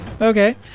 Okay